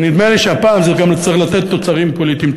ונדמה לי שהפעם זה גם צריך לתת תוצרים פוליטיים.